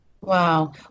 Wow